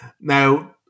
now